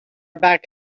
about